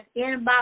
inbox